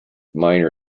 minor